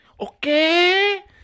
Okay